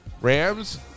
Rams